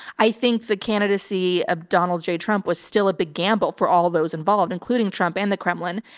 i think the candidacy of donald j. trump was still a big gamble for all those involved, including trump and the kremlin.